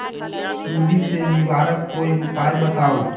सुडी से निवारक कोई उपाय बताऊँ?